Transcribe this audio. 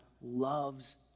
loves